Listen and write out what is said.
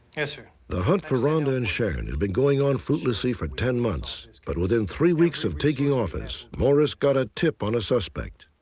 yes, sir. narrator the hunt for rhonda and sharon had been going on fruitlessly for ten months. but within three weeks of taking office, morris got a tip on a suspect.